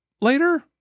later